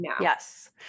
Yes